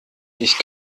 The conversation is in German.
ich